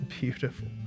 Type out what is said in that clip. beautiful